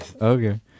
Okay